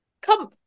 come